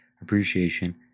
appreciation